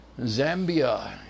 Zambia